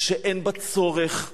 שאין בה צורך,